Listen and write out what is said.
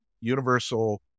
Universal